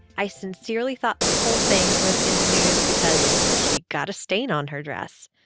i sincerely thought the whole thing was in the news because she got a stain on her dress.